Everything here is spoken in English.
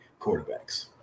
quarterbacks